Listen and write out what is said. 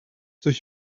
durch